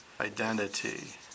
identity